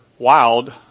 Wild